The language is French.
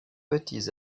petits